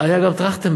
היה גם טרכטנברג,